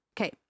Okay